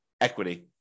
equity